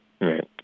Right